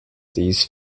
these